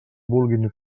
vulguin